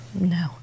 No